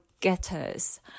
getters